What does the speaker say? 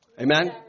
Amen